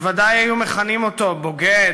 בוודאי היו מכנים אותו בוגד,